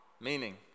Meaning